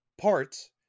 parts